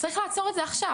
צריך לעצור את זה עכשיו.